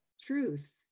truth